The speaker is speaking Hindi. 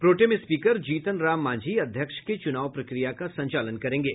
प्रोटेम स्पीकर जीतन राम मांझी अध्यक्ष के चुनाव प्रक्रिया का संचालन करेंगे